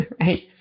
right